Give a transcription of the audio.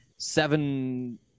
seven